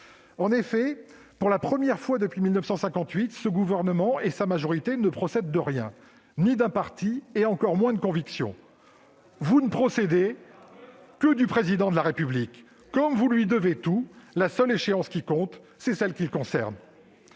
En effet, pour la première fois depuis 1958, ce gouvernement et sa majorité ne procèdent de rien : ils ne procèdent pas d'un parti et encore moins de convictions. Le Gouvernement ne procède que du Président de la République et, comme il lui doit tout, la seule échéance qui compte est celle qui le concerne.